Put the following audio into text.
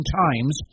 times